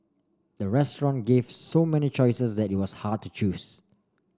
the restaurant gave so many choices that it was hard to choose